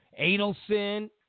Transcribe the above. Adelson